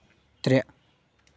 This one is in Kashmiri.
ترٛےٚ